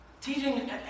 Teaching